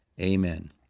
Amen